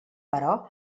però